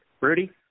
Rudy